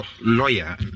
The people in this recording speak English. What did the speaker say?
lawyer